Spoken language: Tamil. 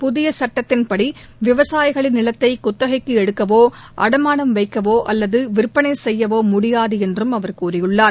புதிய சட்டத்தின்படி விவசாயிகளின் நிலத்தை குத்தகைக்கு எடுக்கவோ அடமானம் வைக்கவோ அல்லது விற்பனை செய்யவோ முடியாது என்று அவர் கூறியுள்ளார்